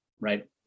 Right